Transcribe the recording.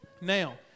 Now